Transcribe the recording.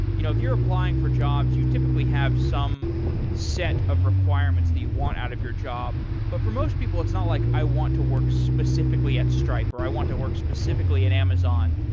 you know if you're applying for jobs, you typically have some set of requirements that you want out of your job. but for most people, it's not like, i want to work specifically at stripe, or i want to work specifically at amazon.